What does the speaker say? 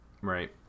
right